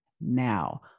now